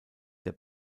der